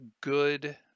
good